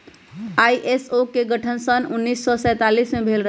ISO के गठन सन उन्नीस सौ सैंतालीस में भेल रहै